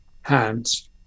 hands